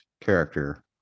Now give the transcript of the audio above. character